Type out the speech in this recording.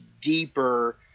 deeper